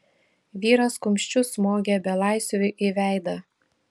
vyras kumščiu smogė belaisviui į veidą